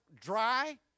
dry